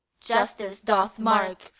justice doth mark,